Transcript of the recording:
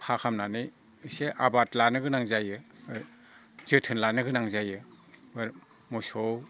फाहामनानै एसे आबाद लानोगोनां जायो जोथोन लानोगोनां जायो मोसौ